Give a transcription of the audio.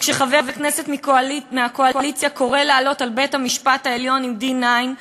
וכשחבר כנסת מהקואליציה קורא לעלות על בית-המשפט העליון עם D-9,